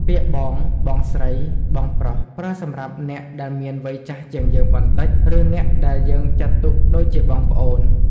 ពាក្យ បង បងស្រី បងប្រុស ប្រើសម្រាប់អ្នកដែលមានវ័យចាស់ជាងយើងបន្តិច ឬអ្នកដែលយើងចាត់ទុកដូចជាបងប្អូន។